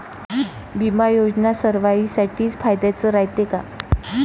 बिमा योजना सर्वाईसाठी फायद्याचं रायते का?